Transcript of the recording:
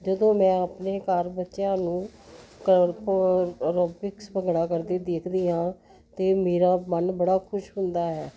ਜਦੋਂ ਮੈਂ ਆਪਣੇ ਘਰ ਬੱਚਿਆਂ ਨੂੰ ਕਰਪੋ ਅਰੋਬਿਕਸ ਭੰਗੜਾ ਕਰਦੇ ਦੇਖਦੀ ਹਾਂ ਤਾਂ ਮੇਰਾ ਮਨ ਬੜਾ ਖੁਸ਼ ਹੁੰਦਾ ਹੈ